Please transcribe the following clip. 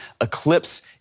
eclipse